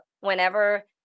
whenever